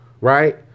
right